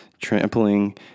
trampling